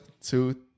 two